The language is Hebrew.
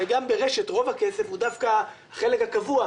וגם ברשת רוב הכסף הוא דווקא החלק הקבוע,